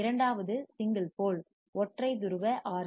இரண்டாவது single pole ஒற்றை துருவ ஆர்